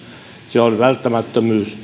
se on välttämättömyys